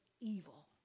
evil